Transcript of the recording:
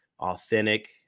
authentic